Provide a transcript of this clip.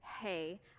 hey